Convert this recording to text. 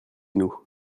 nous